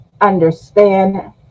understand